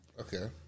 Okay